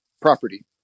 property